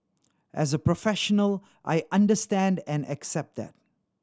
as a professional I understand and accept that